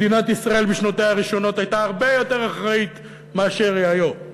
מדינת ישראל בשנותיה הראשונות הייתה הרבה יותר אחראית מאשר היא היום.